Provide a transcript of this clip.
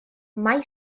mai